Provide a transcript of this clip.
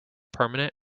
permanent